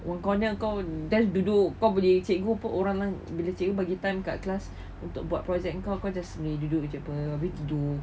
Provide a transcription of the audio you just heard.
one corner kau there duduk kau boleh cikgu pun orang bila cikgu bagi time kat kelas untuk buat project kau just duduk jer apa habis tidur